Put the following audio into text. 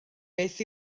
beth